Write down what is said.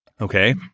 Okay